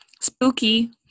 Spooky